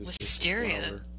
Wisteria